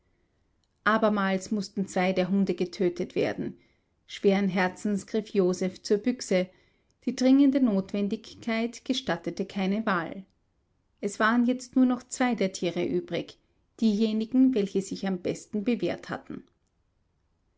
abermals mußten zwei der hunde getötet werden schweren herzens griff joseph zur büchse die dringende notwendigkeit gestattete keine wahl es waren jetzt nur noch zwei der tiere übrig diejenigen welche sich am besten bewährt hatten